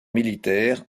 militaire